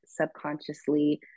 subconsciously